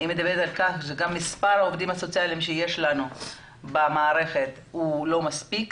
זה אומר שמספר העובדים הסוציאליים שיש במערכת הוא לא מספיק,